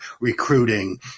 recruiting